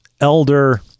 elder